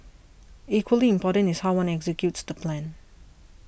equally important is how one executes the plan